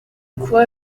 kuba